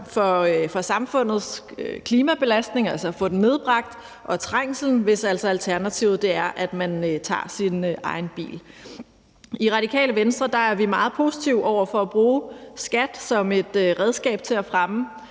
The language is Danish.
for samfundets klimabelastning, altså at få den nedbragt, og for trængslen, hvis altså alternativet er, at man tager sin egen bil. I Radikale Venstre er vi meget positive over for at bruge skat som et redskab til at fremme